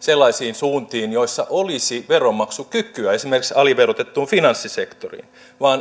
sellaisiin suuntiin joissa olisi veronmaksukykyä esimerkiksi aliverotettuun finanssisektoriin